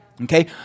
Okay